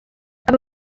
aba